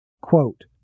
quote